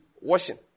washing